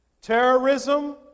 terrorism